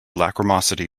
lachrymosity